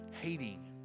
hating